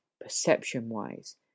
perception-wise